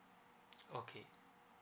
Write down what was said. okay